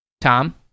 Tom